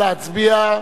נא להצביע.